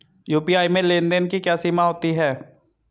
UPI में लेन देन की क्या सीमा होती है?